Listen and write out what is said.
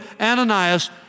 Ananias